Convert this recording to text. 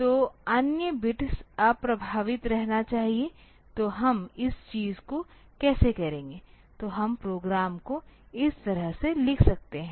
तो अन्य बिट अप्रभावित रहना चाहिए तो हम इस चीज़ को कैसे करेंगे तो हम प्रोग्राम को इस तरह से लिख सकते हैं